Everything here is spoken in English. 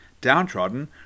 Downtrodden